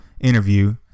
interview